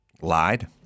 Lied